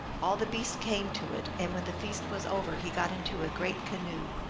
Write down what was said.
all the beasts came to it, and when the feast was over he got into a great canoe,